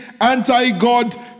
anti-God